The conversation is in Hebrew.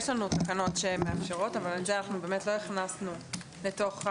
אנחנו נוכל לראות את